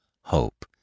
hope